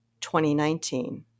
2019